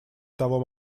того